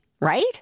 right